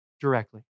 directly